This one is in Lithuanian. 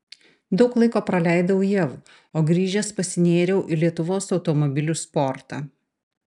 daug laiko praleidau jav o grįžęs pasinėriau į lietuvos automobilių sportą